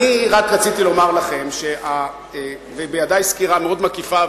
אני רק רציתי לומר לכם שבידי סקירה מאוד מקיפה,